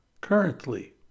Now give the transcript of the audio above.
currently